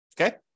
Okay